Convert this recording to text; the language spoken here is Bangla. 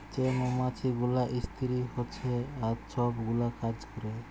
যে মমাছি গুলা ইস্তিরি হছে আর ছব গুলা কাজ ক্যরে